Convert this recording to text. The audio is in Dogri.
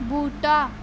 बूह्टा